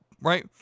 right